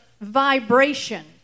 vibration